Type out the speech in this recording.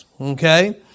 Okay